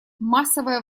массовое